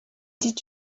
did